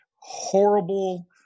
horrible